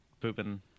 pooping